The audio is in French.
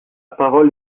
parole